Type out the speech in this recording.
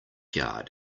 yard